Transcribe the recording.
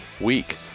week